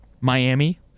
Miami